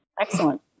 Excellent